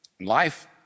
Life